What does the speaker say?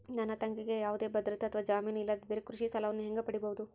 ನನ್ನ ತಂಗಿಗೆ ಯಾವುದೇ ಭದ್ರತೆ ಅಥವಾ ಜಾಮೇನು ಇಲ್ಲದಿದ್ದರೆ ಕೃಷಿ ಸಾಲವನ್ನು ಹೆಂಗ ಪಡಿಬಹುದು?